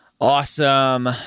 Awesome